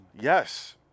yes